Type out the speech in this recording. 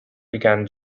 began